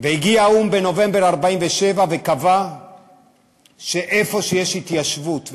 הגיע האו"ם וקבע שבמקום שיש התיישבות,